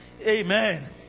Amen